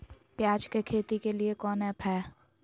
प्याज के खेती के लिए कौन ऐप हाय?